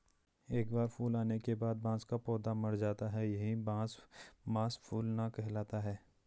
एक बार फूल आने के बाद बांस का पौधा मर जाता है यही बांस मांस फूलना कहलाता है